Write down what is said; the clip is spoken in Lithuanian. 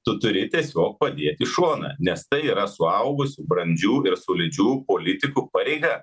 tu turi tiesiog padėt į šoną nes tai yra suaugusių brandžių ir solidžių politikų pareiga